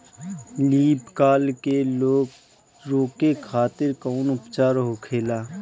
Leaf curl के रोके खातिर कउन उपचार होखेला?